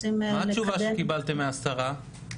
מה התשובה שקיבלתם מהשרה?